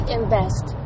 invest